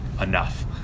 enough